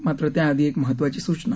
मात्र त्याआधी एक महत्त्वाची सूचना